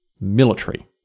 military